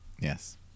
Yes